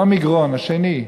לא מגרון, השני.